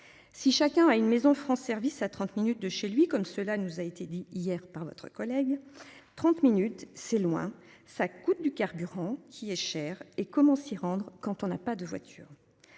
Si chacun a une maison France Service à 30 minutes de chez lui comme cela nous a été dit hier par votre collègue 30 minutes c'est loin ça coûte du carburant qui est cher et comment s'y rendre quand on n'a pas de voiture.